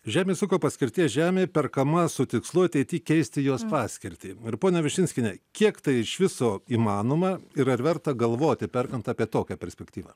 žemės ūkio paskirties žemė perkama su tikslu ateity keisti jos paskirtį ir pone višinskiene kiek tai iš viso įmanoma ir ar verta galvoti perkant apie tokią perspektyvą